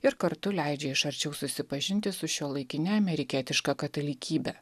ir kartu leidžia iš arčiau susipažinti su šiuolaikine amerikietiška katalikybe